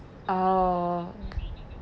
oh